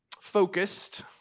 focused